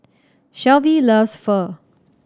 Shelvie loves Pho